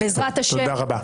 בעזרת השם,